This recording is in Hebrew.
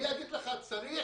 צריך